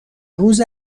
روز